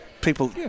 people